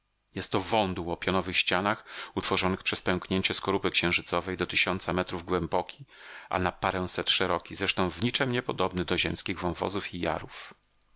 jest to wądół o pionowych ścianach utworzony przez pęknięcie skorupy księżycowej do tysiąca metrów głęboki a na paręset szeroki zresztą w niczem nie podobny do ziemskich wąwozów i